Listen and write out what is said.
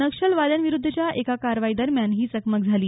नक्षलवाद्यांविरुद्धच्या एका कारवाई दरम्यान ही चकमक झाली